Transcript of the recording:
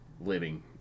living